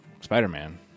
Spider-Man